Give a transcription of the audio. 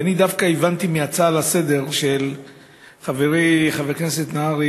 ואני דווקא הבנתי מההצעה לסדר-היום של חברי חבר הכנסת נהרי